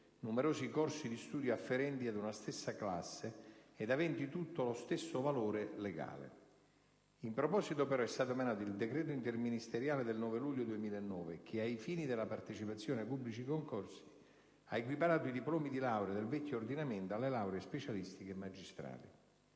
numerosi corsi di studio afferenti ad una stessa classe ed aventi, tutti, lo stesso valore legale. In proposito, però, è stato emanato il decreto interministeriale del 9 luglio 2009 che, ai fini della partecipazione ai pubblici concorsi, ha equiparato i diplomi di laurea del vecchio ordinamento alle lauree specialistiche e magistrali.